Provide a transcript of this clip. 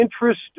interest